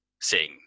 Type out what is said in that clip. sing